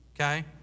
okay